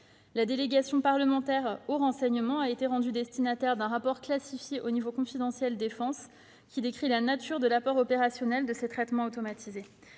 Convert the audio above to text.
La délégation parlementaire au renseignement a été rendue destinataire d'un rapport classifié au niveau « confidentiel défense », qui décrit la nature de l'apport opérationnel de ces traitements automatisés.